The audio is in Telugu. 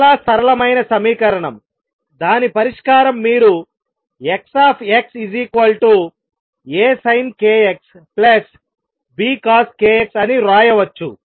చాలా సరళమైన సమీకరణం దాని పరిష్కారం మీరు X AsinkxBcoskx అని వ్రాయవచ్చు